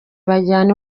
bajyana